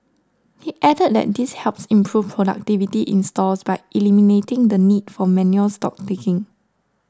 he added that this helps improve productivity in stores by eliminating the need for manual stock taking